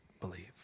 believe